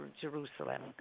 Jerusalem